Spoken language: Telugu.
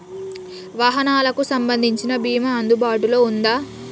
వాహనాలకు సంబంధించిన బీమా అందుబాటులో ఉందా?